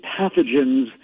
pathogens